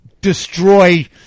destroy